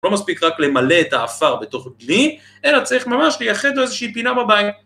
לא מספיק רק למלא את האפר בתוך דלי, אלא צריך ממש לייחד לו איזושהי פינה בבית.